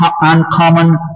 uncommon